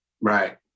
Right